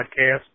podcast